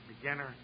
beginner